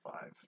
five